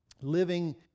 Living